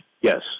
Yes